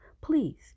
please